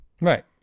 right